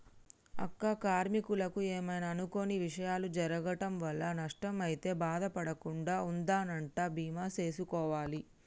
అక్క కార్మీకులకు ఏమైనా అనుకొని విషయాలు జరగటం వల్ల నష్టం అయితే బాధ పడకుండా ఉందనంటా బీమా సేసుకోవాలి